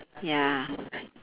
ya